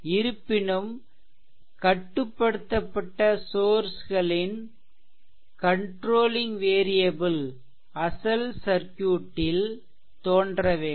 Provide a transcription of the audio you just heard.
இருப்பினும் கட்டுப்படுத்தப்பட்ட சோர்ஸ்களின் கன்ட்ரோலிங் வேரியபிள் அசல் சர்க்யூட்டில் தோன்ற வேண்டும்